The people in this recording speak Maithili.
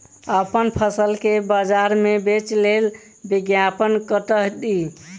अप्पन फसल केँ बजार मे बेच लेल विज्ञापन कतह दी?